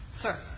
Sir